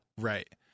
Right